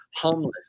homeless